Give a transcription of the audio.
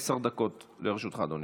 עשר דקות לרשותך, אדוני.